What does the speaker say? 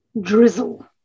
drizzle